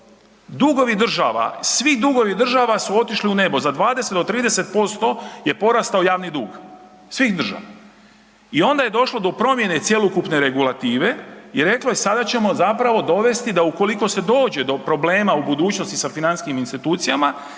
Dugovi država, svi dugovi država su otišli u nebo, za 20 do 30% je porastao javni dug svih država i onda je došlo do promjene cjelokupne regulative i reklo je sada ćemo zapravo dovesti da ukoliko se dođe do problema u budućnosti sa financijskim institucijama,